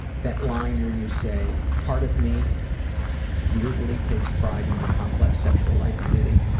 that line where you say, part of me weirdly takes pride in my complex sexual identity,